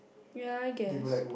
ya I guess